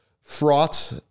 fraught